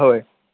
होय